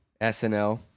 SNL